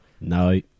No